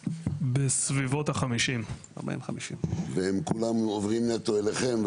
בסביבות 50. 40 50. והם כולם עוברים נטו אליכם,